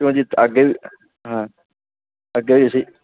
ਕਿਉਂ ਜੀ ਅੱਗੇ ਵੀ ਹਾਂ ਅੱਗੇ ਵੀ ਅਸੀਂ